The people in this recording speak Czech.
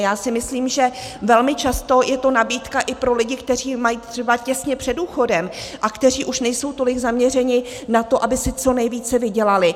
Já si myslím, že velmi často je to nabídka i pro lidi, kteří mají třeba těsně před důchodem a kteří už nejsou tolik zaměřeni na to, aby si co nejvíce vydělali.